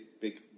big